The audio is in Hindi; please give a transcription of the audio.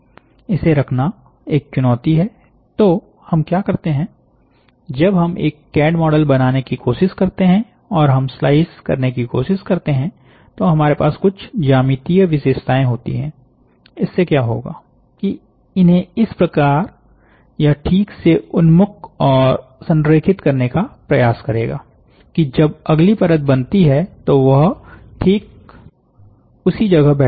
इसे रखना एक चुनौती है तो हम क्या करते हैंजब हम एक कैड मॉडल बनाने की कोशिश करते हैं और हम स्लाइस करने की कोशिश करते हैं तो हमारे पास कुछ ज्यामितीय विशेषताएं होती है इससे क्या होगा कि इन्हें इस प्रकार यह ठीक से उन्मुख और संरेखित करने का प्रयास करेगा कि जब अगली परत बनती है तो वह ठीक उसी जगह बैठे